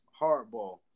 Hardball